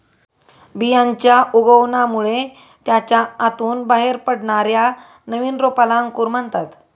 बियांच्या उगवणामुळे त्याच्या आतून बाहेर पडणाऱ्या नवीन रोपाला अंकुर म्हणतात